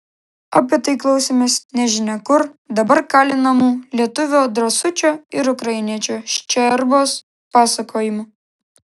apie tai klausėmės nežinia kur dabar kalinamų lietuvio drąsučio ir ukrainiečio ščerbos pasakojimų